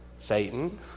Satan